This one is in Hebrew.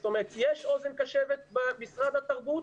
זאת אומרת, יש אוזן קשבת במשרד התרבות